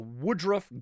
Woodruff